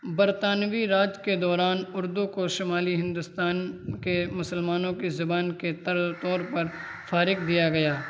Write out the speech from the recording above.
برطانوی راج کے دوران اردو کو شمالی ہندوستان کے مسلمانوں کے زبان کے تر طور پر فروغ دیا گیا